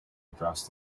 across